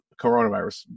coronavirus